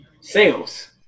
sales